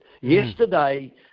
Yesterday